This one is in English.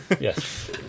Yes